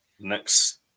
next